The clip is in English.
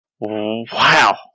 Wow